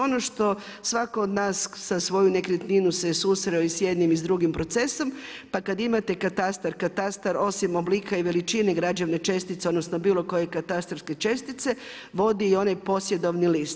Ono što svatko od nas za svoju nekretninu se susreo i s jednim i s drugim procesom, pa kada imate katastar, katastar osim oblika i veličini građevne čestice odnosno bilo koje katastarske čestice vodi i onaj posjedovni list.